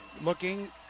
looking